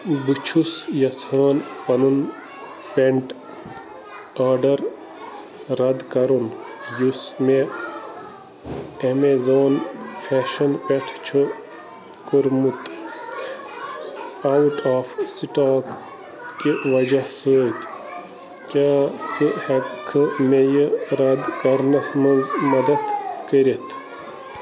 بہٕ چھُس یَژھان پنُن پٮ۪نٛٹ آرڈر رد کَرُن یُس مےٚ اٮ۪مٮ۪زان فٮ۪شن پٮ۪ٹھ چھُ کوٚرمُت اَوُٹ آف سِٹاک کہِ وجہ سۭتۍ کیٛاہ ژٕ ہٮ۪ککھہٕ مےٚ یہِ رد کرنس منٛز مدد کٔرِتھ